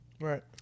Right